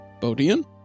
Bodian